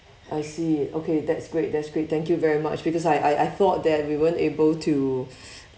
I see okay that's great that's great thank you very much because I I I thought that we weren't able to